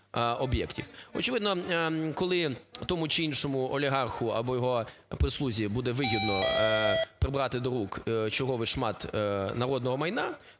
Очевидно, коли тому чи іншому олігарху або його прислузі буде вигідно прибрати до рук черговий шмат народного майна,